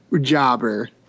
jobber